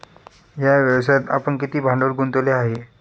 या व्यवसायात आपण किती भांडवल गुंतवले आहे?